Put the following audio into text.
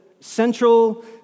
central